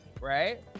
Right